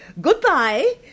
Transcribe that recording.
goodbye